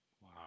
Wow